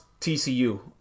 TCU